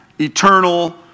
eternal